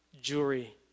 jury